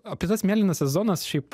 apie tas mėlynąsias sezonas šiaip